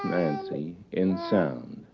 nancy, in sound.